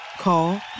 Call